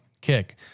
kick